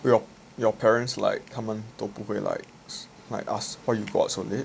will your parents like 他们都不会 like like why you go out so late